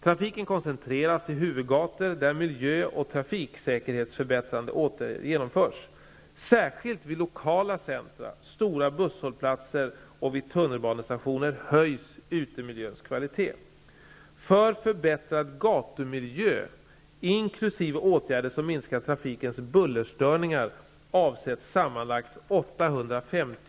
Trafiken koncentreras till huvudgator där miljö och trafiksäkerhetsförbättrande åtgärder genomförs. Särskilt vid lokala centra, stora busshållplatser och vid tunnelbanestationer höjs utemiljöns kvalitet.